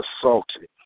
assaulted